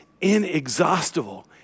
inexhaustible